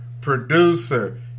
producer